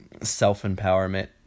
self-empowerment